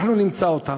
ניצלת.